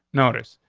notice.